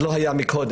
דבר שלא היה קודם.